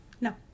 No